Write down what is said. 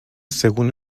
según